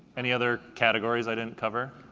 any other categories i didn't cover?